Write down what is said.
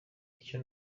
icyo